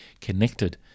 connected